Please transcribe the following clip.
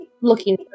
looking